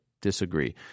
Disagree